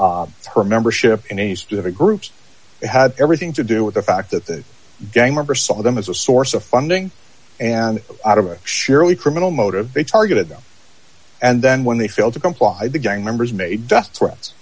her membership in a specific groups it had everything to do with the fact that the gang member saw them as a source of funding and surely criminal motive they targeted them and then when they failed to comply the gang members made death threats